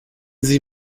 sie